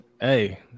Hey